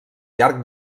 llarg